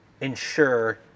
ensure